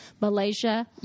Malaysia